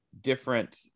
different